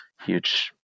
huge